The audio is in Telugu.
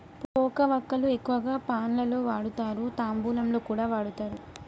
పోక వక్కలు ఎక్కువగా పాన్ లలో వాడుతారు, తాంబూలంలో కూడా వాడుతారు